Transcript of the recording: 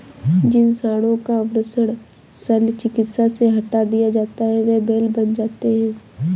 जिन साँडों का वृषण शल्य चिकित्सा से हटा दिया जाता है वे बैल बन जाते हैं